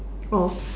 oh